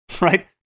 right